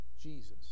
Jesus